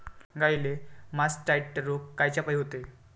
गाईले मासटायटय रोग कायच्यापाई होते?